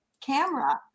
camera